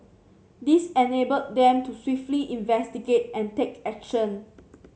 this enabled them to swiftly investigate and take action